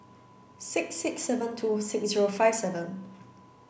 six six seven two six zero five seven